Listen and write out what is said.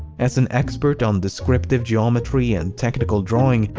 as an expert on descriptive geometry and technical drawing,